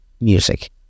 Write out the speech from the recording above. music